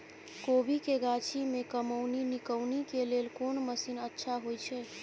कोबी के गाछी में कमोनी निकौनी के लेल कोन मसीन अच्छा होय छै?